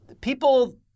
People